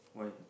why